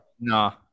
no